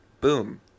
Boom